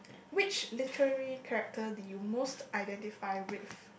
which literally characters do you most identify with